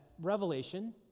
Revelation